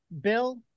Bill